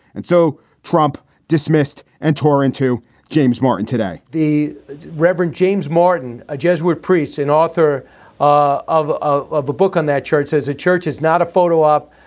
and so trump dismissed and tore into james martin today, the reverend james martin, a jesuit priest and author ah of a of a book on that church, says a church is not a photo op.